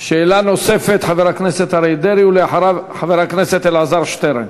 שאלה נוספת, ולאחריו, חבר הכנסת אלעזר שטרן.